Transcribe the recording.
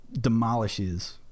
demolishes